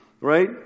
Right